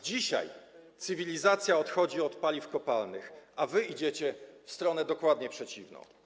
Dzisiaj cywilizacja odchodzi od paliw kopalnych, a wy idziecie w stronę dokładnie przeciwną.